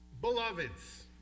Beloveds